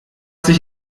sich